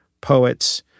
poets